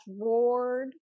roared